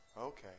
Okay